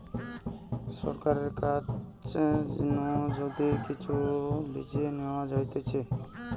সরকারের কাছ নু যদি কিচু লিজে নেওয়া হতিছে